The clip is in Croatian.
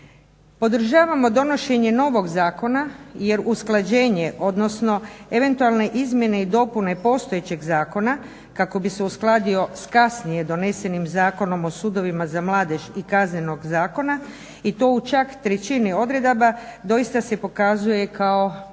Podržavamo donošenje zakona, jer usklađenje, odnosno eventualne izmjene i dopune postojećeg zakona kako bi se uskladio sa kasnije donesenim Zakonom o sudovima za mladež i Kaznenog zakona i to u čak trećini odredaba doista se pokazuje kao